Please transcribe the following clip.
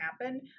happen